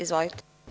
Izvolite.